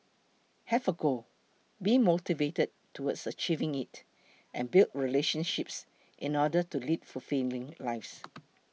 have a goal be motivated towards achieving it and build relationships in order to lead fulfilling lives